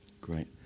Great